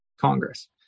Congress